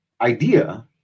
idea